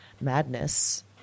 madness